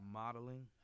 modeling